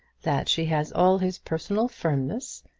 that she has all his personal firmness,